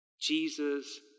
Jesus